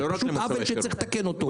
זה עוול שצריך לתקן אותו.